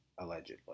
Allegedly